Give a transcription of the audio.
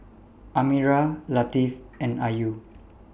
Amirah Latif and Ayu